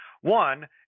One